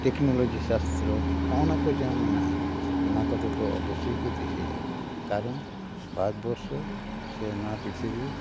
technology ᱥᱟᱥᱛᱨᱚ ᱦᱚᱜᱼᱚ ᱱᱟᱠᱚ ᱡᱟᱦᱟᱸ ᱢᱮᱱᱟᱜᱼᱟ ᱚᱱᱟ ᱠᱚᱫᱚ ᱚᱵᱚᱥᱥᱳᱭ ᱠᱚ ᱫᱤᱥᱟᱹᱭᱟ ᱠᱟᱨᱚᱱ ᱵᱷᱟᱨᱚᱛ ᱵᱚᱨᱥᱚ ᱥᱮ ᱱᱚᱣᱟ ᱯᱤᱨᱛᱷᱤᱵᱤ